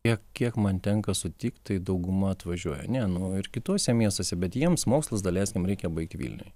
tiek kiek man tenka sutikt tai dauguma atvažiuoja ne nu ir kituose miestuose bet jiems mokslus daleiskim reikia baigt vilniuj